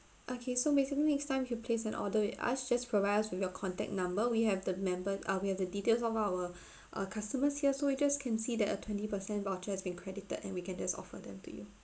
okay so basically next time if you place an order with us just provide us with your contact number we have the member ah we have the details of our uh customers here so we just can see that a twenty percent voucher has been credited and we can just offer them to you